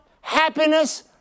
happiness